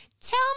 tell